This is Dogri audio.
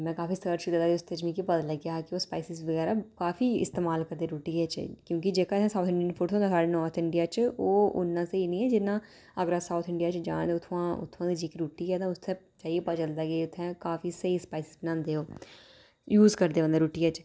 में काफी जैदा रिसर्च च जिसदे च मिगी पता लग्गेआ कि स्पाइसी बगैरा काफी इस्तेमाल करदे न रुट्टियै च क्योंकि जेह्का साउथ इंडिया च फूड थ्होंदा ओह् नार्थ इंडिया च ओह् उन्ना स्हेई निं ऐ जिन्ना साऊथ इंडिया च जानी उत्थुआं उत्थुआं दी जेह्ड़ी रुट्टी ऐ उत्थै जाइयै गै पता चलदा कि उत्थै काफी स्हेई स्पाइसी बनांदे ओह् यूज करदे मतलब रुट्टियै च